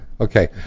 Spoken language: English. Okay